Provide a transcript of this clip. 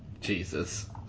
Jesus